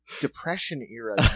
Depression-era